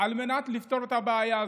על מנת לפתור את הבעיה הזאת.